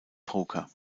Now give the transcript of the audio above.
poker